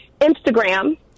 Instagram